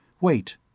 Wait